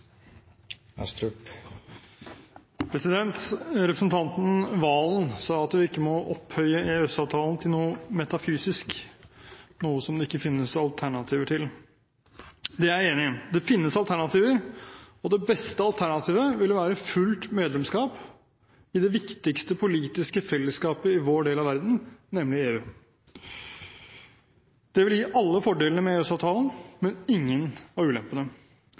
Representanten Serigstad Valen sa at man ikke må opphøye EØS-avtalen til noe metafysisk – noe som det ikke finnes alternativer til. Det er jeg enig i. Det finnes alternativer, og det beste alternativet ville være fullt medlemskap i det viktigste politiske fellesskapet i vår del av verden, nemlig EU. Det ville gi alle fordelene med EØS-avtalen, men ingen av ulempene.